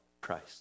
Christ